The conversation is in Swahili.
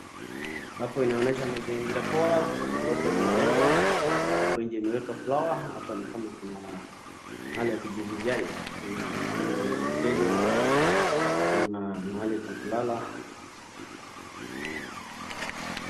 Hapo inaonyesha mazingira poa, kuna ghorofa imejengwa, hapo nje imewekwa flower , hapa ni kama ni mahali ya kujivinjari na hoteli, kuna mahali pa kulala.